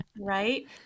Right